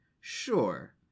sure